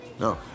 No